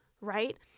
right